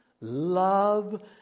love